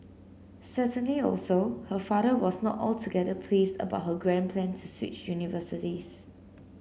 certainly also her father was not altogether pleased about her grand plan to switch universities